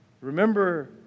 Remember